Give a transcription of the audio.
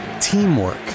teamwork